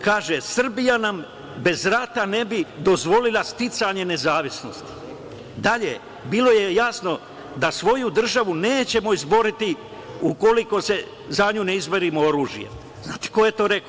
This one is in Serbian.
Kaže: „Srbija nam bez rata ne bi dozvolila sticanje nezavisnosti.“ Dalje: „Bilo je jasno da svoju državu nećemo izboriti ukoliko se za nju ne izborimo oružjem.“ Znate li ko je to rekao?